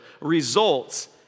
results